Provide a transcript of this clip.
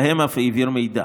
שלהם אף העביר מידע.